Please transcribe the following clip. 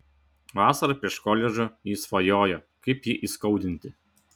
vasarą prieš koledžą ji svajojo kaip jį įskaudinti